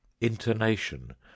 intonation